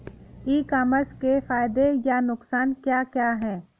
ई commerce के फायदे या नुकसान क्या क्या हैं?